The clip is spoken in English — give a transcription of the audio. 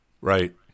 Right